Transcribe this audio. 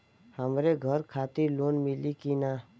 हमरे घर खातिर लोन मिली की ना?